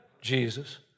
Jesus